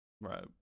Right